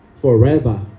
forever